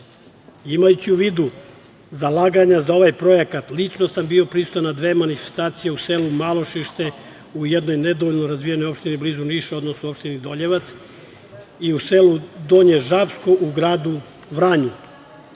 nasleđa. Imajući u vidu zalaganja za ovaj projekat, lično sam bio prisutan na dve manifestacije u selu Malošište u jednoj nedovoljno razvijenoj opštini blizu Niša, odnosno opštini Doljevac, i u selu Donje Žapsko u gradu Vranju.